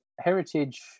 Heritage